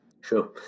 Sure